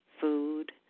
food